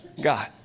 God